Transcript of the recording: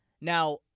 Now